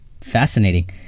fascinating